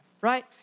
right